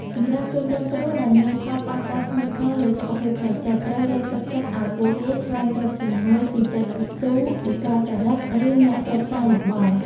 សម្រាប់ជនរងគ្រោះដែលមានផលប៉ះពាល់ធ្ងន់ធ្ងរលើសុខភាពផ្លូវចិត្ត ត្រូវលើកទឹកចិត្តឲ្យពួកគេស្វែងរកជំនួយពីចិត្តវិទូ វិកលចរិត ឬអ្នកប្រឹក្សាយោបល់។